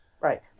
Right